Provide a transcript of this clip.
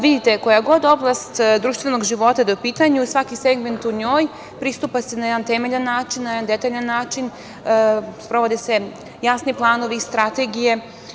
Vidite, koja god oblast društvenog života da je u pitanju, svaki segment u njoj, pristupa joj se na jedan temeljan način, na jedan detaljan način, sprovode se jasni planovi i strategije.